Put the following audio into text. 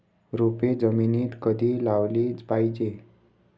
रोपे जमिनीत कधी लावली पाहिजे?